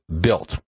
built